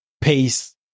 Pace